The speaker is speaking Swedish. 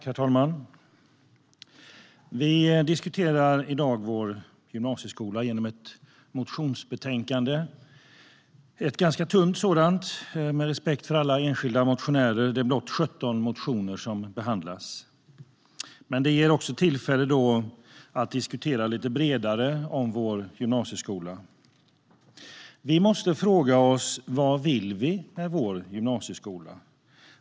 Herr talman! Vi diskuterar i dag vår gymnasieskola genom ett motionsbetänkande. Det är ett ganska tunt sådant, med respekt för alla enskilda motionärer. Det är blott 17 motioner som behandlas. Men det ger också tillfälle att diskutera vår gymnasieskola lite bredare. Vi måste fråga oss: Vad vill vi med vår gymnasieskola?